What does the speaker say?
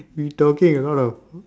we talking a lot of